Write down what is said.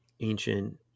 ancient